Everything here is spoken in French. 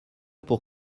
pour